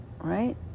right